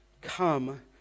come